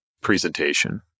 presentation